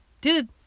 dude